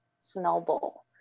snowball